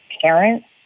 parents